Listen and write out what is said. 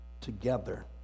together